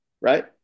right